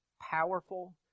powerful